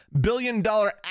billion-dollar